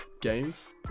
games